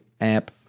app